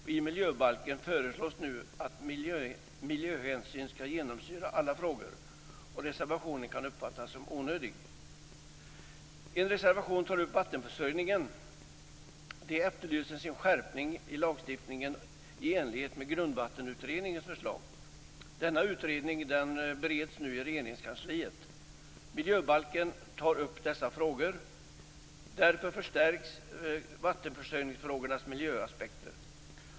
I miljöbalken föreslås nu att miljöhänsyn skall genomsyra alla frågor. Reservationen kan därför uppfattas som onödig. En reservation tar upp vattenförsörjningen. Det efterlyses en skärpning av lagstiftningen i enlighet med Grundvattenutredningens förslag. Denna utredning bereds nu i Regeringskansliet. Miljöbalken tar upp dessa frågor. Därför förstärks vattenförsörjningsfrågornas miljöaspekter.